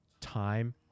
time